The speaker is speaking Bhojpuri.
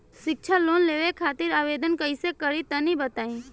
शिक्षा लोन लेवे खातिर आवेदन कइसे करि तनि बताई?